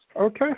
Okay